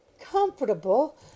Comfortable